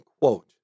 quote